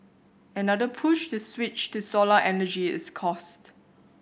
another push to switch to solar energy is cost